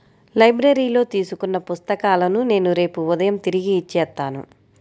లైబ్రరీలో తీసుకున్న పుస్తకాలను నేను రేపు ఉదయం తిరిగి ఇచ్చేత్తాను